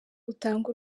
utange